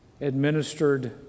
administered